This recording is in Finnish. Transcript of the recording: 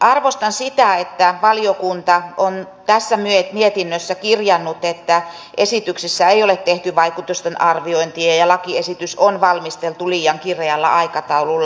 arvostan sitä että valiokunta on tässä mietinnössä kirjannut että esityksessä ei ole tehty vaikutusarviointia ja lakiesitys on valmisteltu liian kireällä aikataululla